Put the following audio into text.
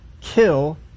kill